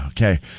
Okay